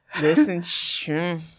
Listen